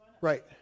Right